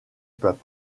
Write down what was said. peuple